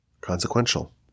consequential